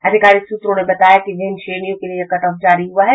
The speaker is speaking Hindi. आधिकारिक सूत्रों ने बताया कि विभिन्न श्रेणियों के लिये यह कटऑफ जारी हुआ है